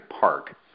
Park